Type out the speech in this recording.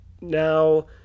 now